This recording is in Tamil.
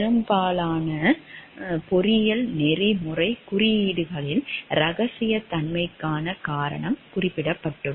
பெரும்பாலான பொறியியல் நெறிமுறைக் குறியீடுகளில் ரகசியத்தன்மைக்கான காரணம் குறிப்பிடப்பட்டுள்ளது